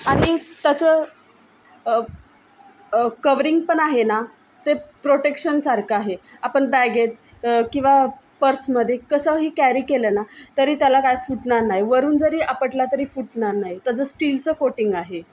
आणि त्याचं कवरींग पण आहे ना ते प्रोटेक्शनसारखं आहे आपण बॅगेत किंवा पर्समध्ये कसंही कॅरी केलं ना तरी त्याला काय फुटणार नाही वरून जरी आपटला तरी फुटणार नाही त्याचं स्टीलचं कोटिंग आहे